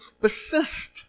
persist